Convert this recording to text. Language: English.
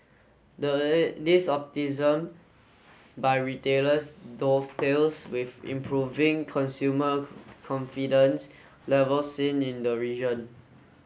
this by retailers dovetails with improving consumer confidence levels seen in the region